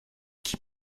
qui